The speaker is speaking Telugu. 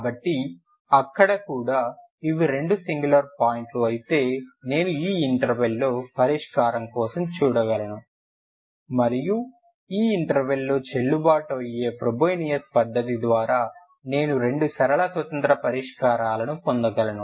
కాబట్టి అక్కడ కూడా ఇవి రెండు సింగులర్ పాయింట్లు అయితే నేను ఈ ఇంటర్వెల్ లో పరిష్కారం కోసం చూడగలను మరియు ఈ ఇంటర్వెల్ లో చెల్లుబాటు అయ్యే ఫ్రోబెనియస్ పద్ధతి ద్వారా నేను రెండు సరళ స్వతంత్ర పరిష్కారాలను పొందగలను